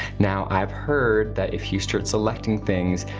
now i've heard that if you start selecting things,